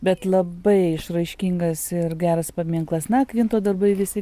bet labai išraiškingas ir geras paminklas na kvinto darbai visi